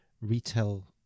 retail